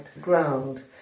ground